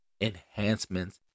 enhancements